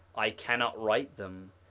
i cannot write them.